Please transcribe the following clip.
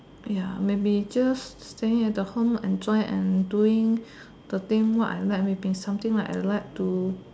ya maybe just staying at the home enjoy and doing the thing what I like maybe something like I like to